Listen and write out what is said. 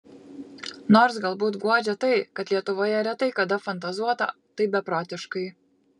nors galbūt guodžia tai kad lietuvoje retai kada fantazuota taip beprotiškai